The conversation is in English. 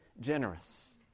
generous